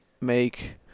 make